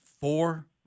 four